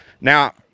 now